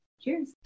cheers